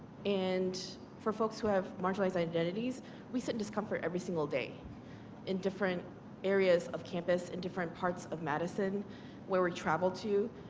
and for folks with marginals identities we sit in discomfortable every single day in different areas of campus and parts of madison where we travel to.